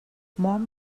mom